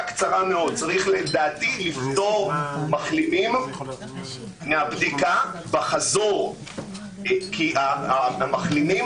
צריך לפטור מחלימים מהבדיקה בחזור כי המחלימים